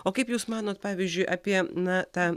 o kaip jūs manot pavyzdžiui apie na tą